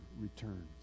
returns